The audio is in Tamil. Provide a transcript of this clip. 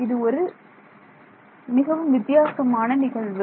இது ஒரு மிகவும் வித்தியாசமான நிகழ்வு